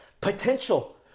potential